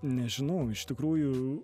nežinau iš tikrųjų